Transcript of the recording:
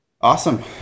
Awesome